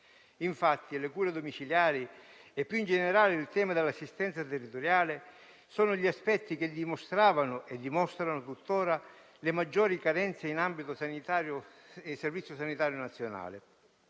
Covid-19. Le cure domiciliari, infatti, e più in generale il tema dell'assistenza territoriale sono gli aspetti che dimostravano e dimostrano tuttora le maggiori carenze in ambito sanitario del Servizio sanitario nazionale